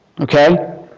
Okay